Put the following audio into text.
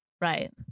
Right